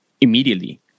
immediately